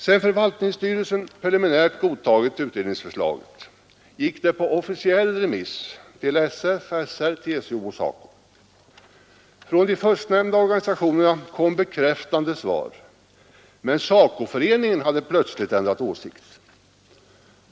Sedan förvaltningsstyrelsen preliminärt godtagit utredningsförslaget, gick det på officiell remiss till SF, SR, TCO och SACO. Från de tre förstnämnda organisationerna kom bekräftande svar, men SACO-föreningen hade plötsligt ändrat åsikt.